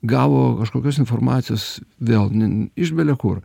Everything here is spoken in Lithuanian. gavo kažkokios informacijos vėl iš belekur